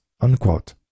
unquote